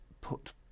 put